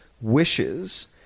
wishes